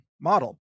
model